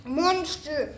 monster